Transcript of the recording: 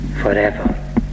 forever